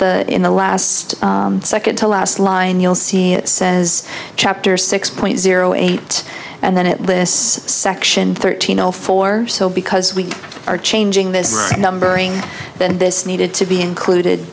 the in the last second to last line you'll see it says chapter six point zero eight and then it lists section thirteen zero four or so because we are changing this numbering and this needed to be included